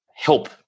Help